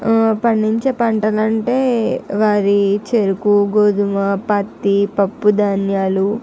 పండించే పంటలంటే వరి చెఱకు గోధుమ పత్తి పప్పు ధాన్యాలు